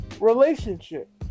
relationship